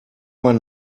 man